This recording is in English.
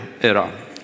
era